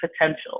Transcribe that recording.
potential